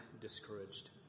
discouraged